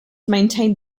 maintained